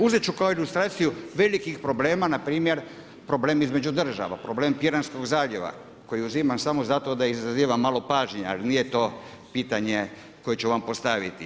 Uzet ću kao ilustraciju velikih problema npr. problemi između država, problem Piranskog zaljeva koji uzimam samo zato izazivam malo pažnje ali nije to pitanje koje ću vam postaviti.